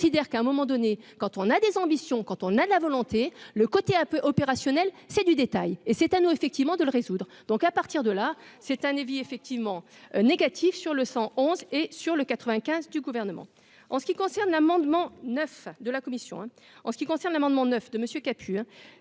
je considère qu'à un moment donné, quand on a des ambitions, quand on a la volonté, le côté un peu opérationnel c'est du détail et cet anneau effectivement de le résoudre, donc à partir de là, c'est un avis effectivement négatif sur le 111 et sur le 95 du gouvernement en ce qui concerne l'amendement. Neuf de la commission, en ce qui concerne l'amendement neuf